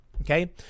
Okay